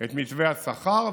במתווה השכר.